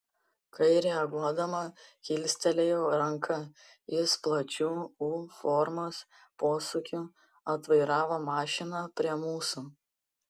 kai reaguodama kilstelėjau ranką jis plačiu u formos posūkiu atvairavo mašiną prie mūsų